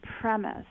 premise